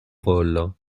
rôles